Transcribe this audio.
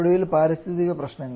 ഒടുവിൽ പാരിസ്ഥിതിക പ്രശ്നങ്ങൾ